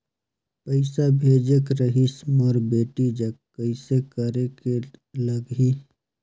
पइसा भेजेक रहिस मोर बेटी जग कइसे करेके लगही?